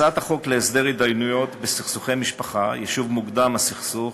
הצעת חוק להסדר התדיינויות בסכסוכי משפחה (יישוב מוקדם של הסכסוך),